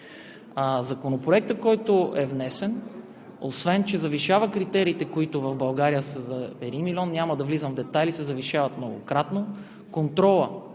Законопроектът, който е внесен, освен че завишава критериите, които в България са за един милион, няма да влизам в детайли, се завишават многократно,